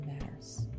matters